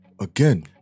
Again